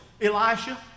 Elisha